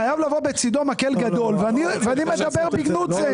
חייב לבוא בצדו מקל גדול, ואני מדבר בגנות זה.